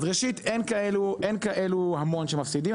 אין כאלה הרבה שמפסידים.